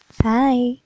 Hi